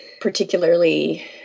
particularly